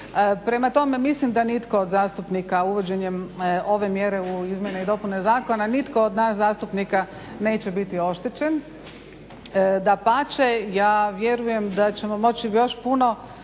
Prema tome, mislim da nitko od zastupnika uvođenjem ove mjere u izmjene i dopune zakona nitko od nas zastupnika neće biti oštećen. Dapače, ja vjerujem da ćemo moći još puno